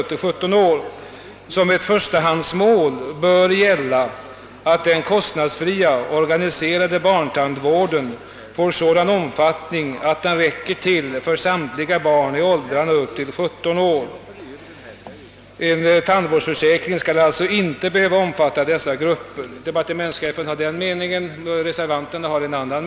Det heter i direktiven: »Som ett förstahanidsmål bör gälla att den kosinadsfria, organiserade barntandvården får sådan omfattning att den räcker till för samtliga barn i åldrarna upp till 17 år. En tandvårds försäkring skall alltså inte behöva omfatta dessa grupper.» Departementschefen har denna mening, reservanterna en annan.